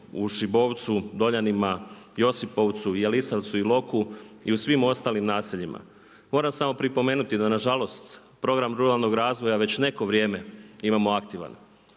u Šibovcu, Doljanima, Josipovcu, Jelisavacu, Iloku i u svim ostalim naseljima. Moram samo pripomenuti da nažalost program ruralnog razvoja već neko vrijeme imamo aktivan.